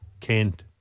Kent